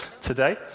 today